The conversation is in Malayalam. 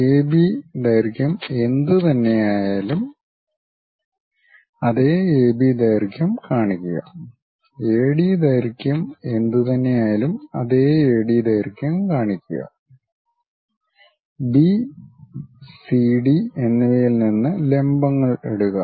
എബി ദൈർഘ്യം എന്തുതന്നെയായാലുംഅതെ എബി ദൈർഘ്യം കാണിക്കുക എഡി ദൈർഘ്യം എന്തുതന്നെയായാലുംഅതെ എഡി ദൈർഘ്യം കാണിക്കുക ബി സിഡി എന്നിവയിൽ നിന്ന് ലംബങ്ങൾ ഇടുക